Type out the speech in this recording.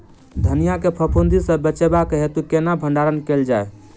धनिया केँ फफूंदी सऽ बचेबाक हेतु केना भण्डारण कैल जाए?